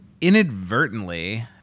inadvertently